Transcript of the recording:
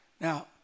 Now